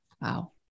Wow